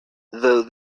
though